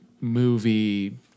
movie